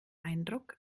eindruck